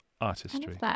artistry